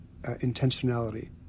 intentionality